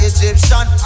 Egyptian